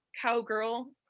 cowgirl